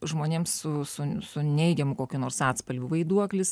žmonėms su su su neigiamu kokiu nors atspalviu vaiduoklis